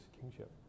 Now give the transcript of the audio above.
kingship